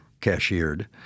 cashiered